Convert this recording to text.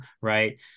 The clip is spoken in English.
right